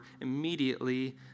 immediately